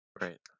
Right